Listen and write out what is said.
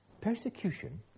Persecution